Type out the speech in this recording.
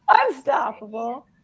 unstoppable